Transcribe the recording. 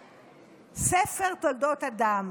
ספר תולדות אדם.